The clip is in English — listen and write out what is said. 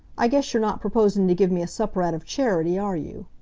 i guess you're not proposing to give me a supper out of charity, are you?